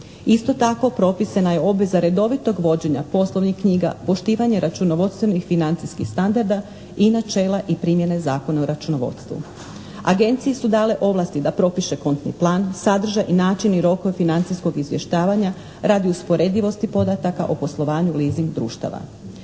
Isto tako propisana je obveza redovitog vođenja poslovnih knjiga, poštivanje računovodstvenih financijskih standarda i načela i primjene Zakona o računovodstvu. Agenciji su dale ovlasti da propiše kontni plan, sadržaj, način i rokove financijskog izvještavanja radi usporedivosti podataka o poslovanju leasing društava.